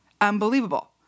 unbelievable